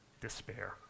despair